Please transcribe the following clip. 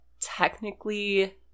technically